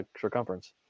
circumference